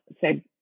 say